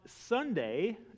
Sunday